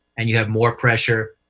and you have more pressure,